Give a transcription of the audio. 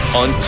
on